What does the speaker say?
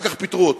אחר כך פיטרו אותו.